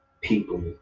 people